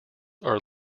are